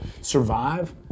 survive